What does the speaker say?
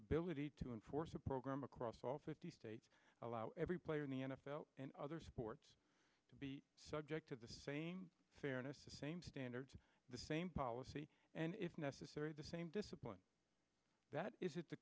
ability to enforce a program across all fifty states allow every player in the n f l and other sports to be subject to the same fairness the same standards the same policy and if necessary the same discipline that is at the